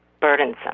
burdensome